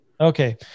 Okay